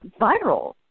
viral